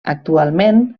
actualment